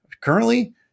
currently